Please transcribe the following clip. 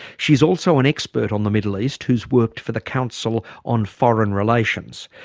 she's also an expert on the middle east who's worked for the council on foreign relations.